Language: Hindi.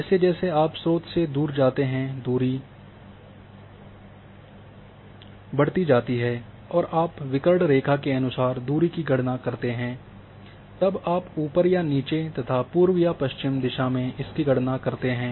जैसे जैसे आप स्रोत से दूर जाते हैं दूरी बढ़ती जाती है और जब आप विकर्ण रेखा के अनुसार दूरी की गणना करते हैं तब आप ऊपर या नीचे तथा पूर्व या पश्चिम दिशा में इसकी गणना करते हैं